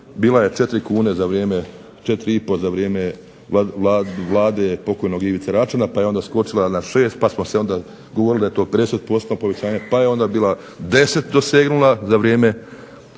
bila je 4 kune za vrijeme, 4 i po za vrijeme Vlade pokojnog Ivice Račana, pa je onda skočila na 6, pa smo se onda govorili da je to 50 postotno povećanje, pa je onda bila 10 dosegnula za vrijeme